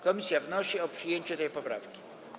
Komisja wnosi o przyjęcie tej poprawki.